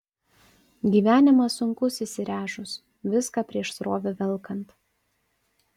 gyvenimas sunkus įsiręžus viską prieš srovę velkant